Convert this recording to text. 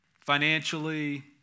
financially